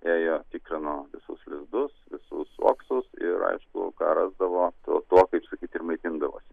ėjo tikrino visus lizdus visus uoksus ir aišku ką rasdavo tuo kaip sakyti ir maitindavosi